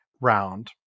round